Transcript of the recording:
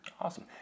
awesome